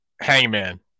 hangman